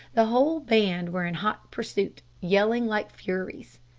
the whole band were in hot pursuit, yelling like furies.